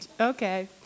Okay